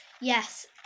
Yes